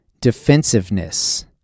defensiveness